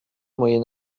moyen